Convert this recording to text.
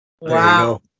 Wow